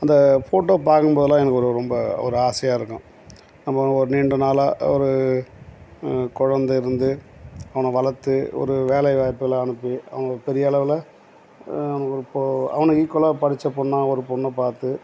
அந்த ஃபோட்டோவை பார்க்கும் போதுலாம் எனக்கு ஒரு ரொம்ப ஒரு ஆசையாக இருக்கும் நம்ம ஒரு நீண்ட நாளாக ஒரு குழந்த இருந்து அவனை வளர்த்து ஒரு வேலை வாய்ப்புக்கெலாம் அனுப்பி அவன் பெரிய அளவில் அவனுக்கு ஒரு பொ அவனுக்கு ஈக்குவலாக படித்த பொண்ணாக ஒரு பொண்ணை பார்த்து